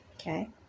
Okay